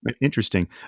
Interesting